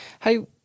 Hey